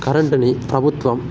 కరంటుని ప్రభుత్వం